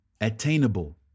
attainable